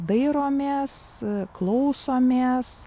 dairomės klausomės